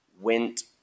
went